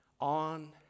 on